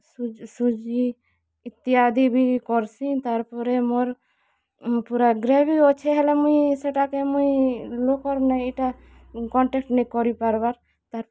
ସୁଜି ଇତ୍ୟାଦି ବି କରଁସି ତାର୍ ପରେ ମୋର୍ ପୂରା ଗ୍ରେଭ୍ ବି ଅଛେ ହେଲେ ମୁଇଁ ସେଟାକେ ମୁଇଁ ଲୋକର୍ନେ ଇଟା କଣ୍ଟେଷ୍ଟ୍ ନେଇ କରି ପାର୍ବାର୍ ତାର୍